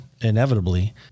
inevitably